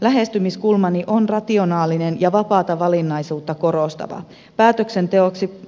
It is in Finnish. lähestymiskulmani on rationaalinen ja vapaata valinnaisuutta korostava